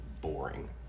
boring